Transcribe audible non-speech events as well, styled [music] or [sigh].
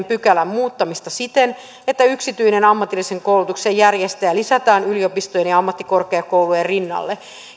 [unintelligible] pykälän muuttamista siten että yksityinen ammatillisen koulutuksen järjestäjä lisätään yliopistojen ja ammattikorkeakoulujen rinnalle